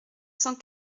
cent